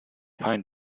pine